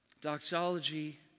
Doxology